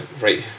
right